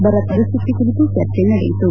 ಬರ ಪರಿಸ್ದಿತಿ ಕುರಿತು ಚರ್ಚೆ ನಡೆಯಿತು